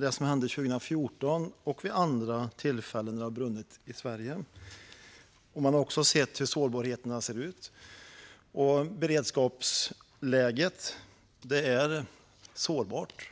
det som hände 2014 och vid andra tillfällen när det har brunnit i Sverige. Man har också sett hur det är med sårbarheten. Beredskapsläget är sårbart.